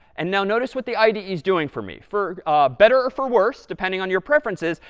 and now notice what the ide is doing for me. for better or for worse, depending on your preferences,